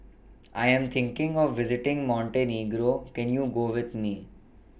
I Am thinking of visiting Montenegro Can YOU Go with Me